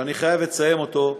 שאני חייב לציין אותו,